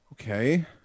Okay